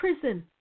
prison